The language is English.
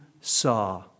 saw